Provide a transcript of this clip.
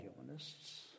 humanists